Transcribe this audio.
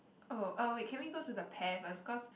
oh uh wait can we go to the pear first cause